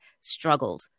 struggled